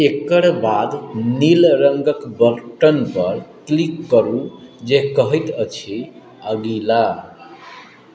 एकर बाद नील रङ्गक बटन पर क्लिक करू जे कहैत अछि अगिला